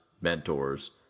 mentors